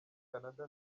canada